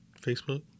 Facebook